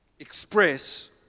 express